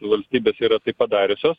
valstybės yra tai padariusios